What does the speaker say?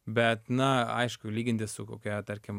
bet na aišku lyginti su kokia tarkim